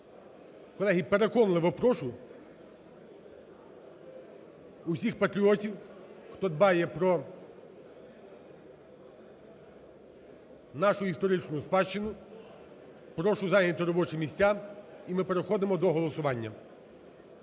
Колеги, переконливо прошу усіх патріотів, хто дбає про нашу історичну спадщину, прошу зайняти робочі місця і ми переходимо до голосування.